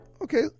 okay